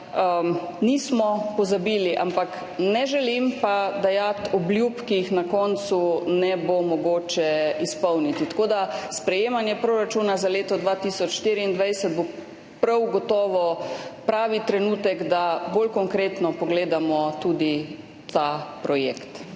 nismo pozabili. Ne želim pa dajati obljub, ki jih na koncu ne bo mogoče izpolniti. Tako bo sprejemanje proračuna za leto 2024 prav gotovo pravi trenutek, da bolj konkretno pogledamo tudi ta projekt.